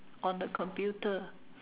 on the computer